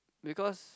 because